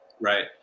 Right